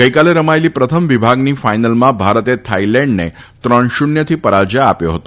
ગઇકાલે રમાયેલી પ્રથમ વિભાગની ફાઇનલમાં ભારતે થાઇલેન્ડને ત્રણ શુન્યથી પરાજય આપ્યો હતો